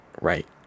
right